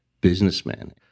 businessman